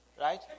right